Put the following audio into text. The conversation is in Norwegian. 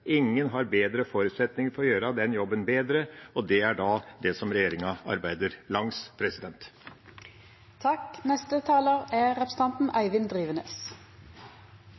Ingen har bedre forutsetning for å gjøre den jobben bedre. Det er det sporet som regjeringa arbeider langs.